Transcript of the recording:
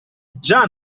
già